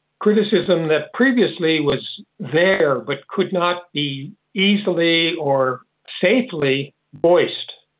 criticism that previously was there but could not be easily or safely voiced.